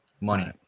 Money